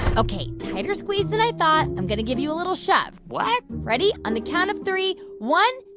ok. tighter squeeze that i thought. i'm going to give you a little shove what? ready? on the count of three. one,